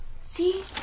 See